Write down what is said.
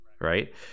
Right